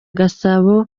gasabo